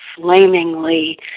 flamingly